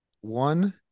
One